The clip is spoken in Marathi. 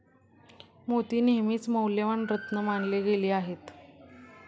मोती नेहमीच मौल्यवान रत्न मानले गेले आहेत